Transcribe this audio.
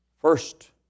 first